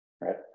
right